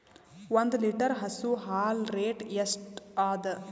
ಒಂದ್ ಲೀಟರ್ ಹಸು ಹಾಲ್ ರೇಟ್ ಎಷ್ಟ ಅದ?